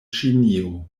ĉinio